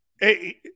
Hey